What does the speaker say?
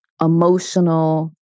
emotional